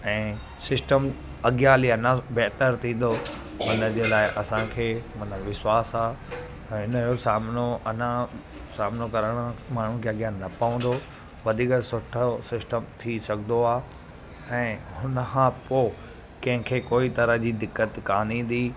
ऐं सिस्टम अॻियां हली अञा बहितरु थींदो हुन जे लाइ असांखे मतिलबु विश्वास आहे ऐं हिन जो सामिनो अञा सामिनो करणु माण्हू खे अॻियां न पवंदो वधीक सुठो सिस्टम थी सघंदो आहे ऐं हुन खां पोइ कंहिंखे कोई तरह जी दिक़त कोन ईंदी